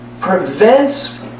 prevents